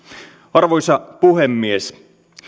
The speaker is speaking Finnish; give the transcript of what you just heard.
arvoisa puhemies